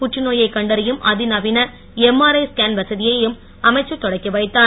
புற்றுநோயை கண்டறியும் அதிநவீன எம்ஆர்ஐ ஸ்கேன் வசதியையும் அமைச்சர் தொடக்கி வைத்தார்